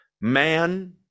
Man